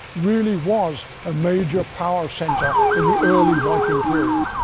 really was a major power centre in the early viking period.